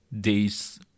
day's